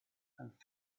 and